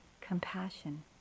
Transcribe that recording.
compassion